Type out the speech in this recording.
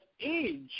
age